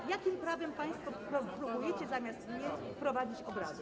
A jakim prawem państwo próbujecie zamiast mnie prowadzić obrady?